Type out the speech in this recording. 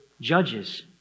judges